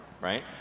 right